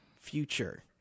Future